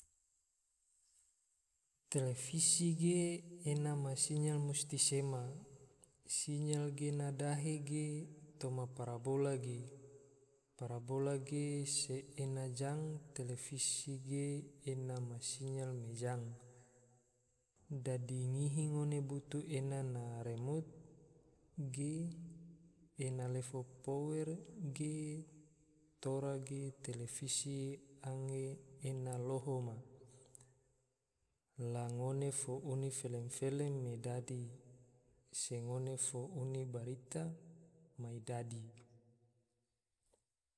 Televisi ge, ena ma sinyal musti sema, sinyal ge ena dahe ge toma parabola ge, parabola ge se ena jang televisi ge ena ma sinyal me jang, dadi ngihi ngone butu ena na remut ge, ena lefo power ge tora ge, televisi anggena loho ma, la ngone fo uni flem-flem me dadi, se ngone fo uni barita mai dadi